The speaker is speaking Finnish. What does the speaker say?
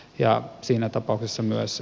ja siinä tapauksessa myös